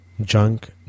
Junk